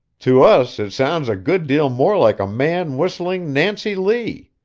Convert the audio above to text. to us it sounds a good deal more like a man whistling nancy lee